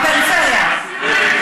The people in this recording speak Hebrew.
בפריפריה.